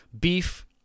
beef